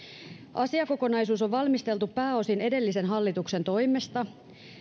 asiakokonaisuus on valmisteltu pääosin edellisen hallituksen toimesta